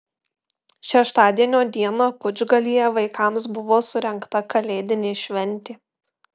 šeštadienio dieną kučgalyje vaikams buvo surengta kalėdinė šventė